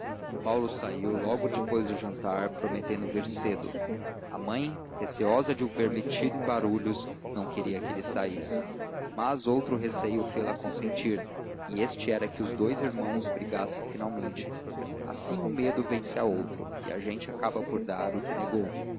paulo saiu logo depois do jantar prometendo vir cedo a mãe receosa de o ver metido em barulhos não queria que ele saísse mas outro receio fê-la consentir e este era que os dous irmãos brigassem finalmente assim um medo vence a outro e a gente acaba por dar o que negou